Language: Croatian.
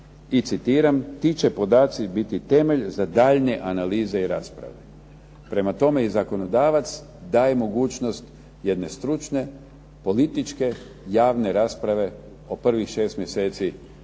citiram, ti će podaci biti temelj za daljnje analize i rasprave. Prema tome i zakonodavac daje mogućnost jedne stručne, političke javne rasprave o prvih 6 mjeseci